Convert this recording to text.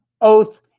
oath